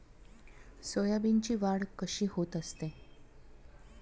सोयाबीनची वाढ कशी होत असते?